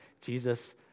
Jesus